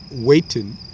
waiting